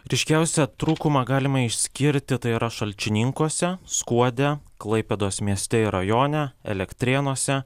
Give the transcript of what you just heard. ryškiausią trūkumą galima išskirti tai yra šalčininkuose skuode klaipėdos mieste ir rajone elektrėnuose